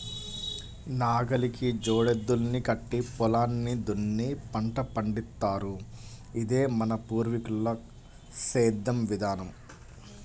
నాగలికి జోడెద్దుల్ని కట్టి పొలాన్ని దున్ని పంట పండిత్తారు, ఇదే మన పూర్వీకుల సేద్దెం విధానం